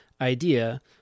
idea